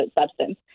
substance